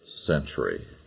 century